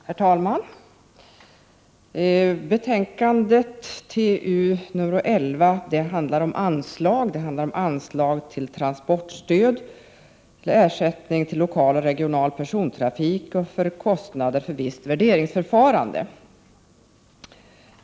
Herr talman! Betänkande TU11 handlar om anslag till transportstöd, ersättning till lokal och regional persontrafik och kostnader för visst värderingsförfarande.